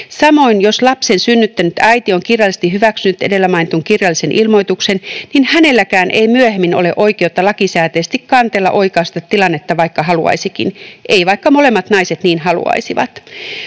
Samoin jos lapsen synnyttänyt äiti on kirjallisesti hyväksynyt edellä mainitun kirjallisen ilmoituksen, hänelläkään ei myöhemmin ole oikeutta lakisääteisesti kanteella oikaista tilannetta, vaikka haluaisikin, ei vaikka molemmat naiset niin haluaisivat.